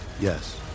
Yes